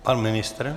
Pan ministr?